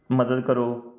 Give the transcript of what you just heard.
ਮਦਦ ਕਰੋ